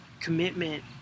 commitment